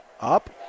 Up